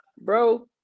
bro